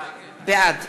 בעד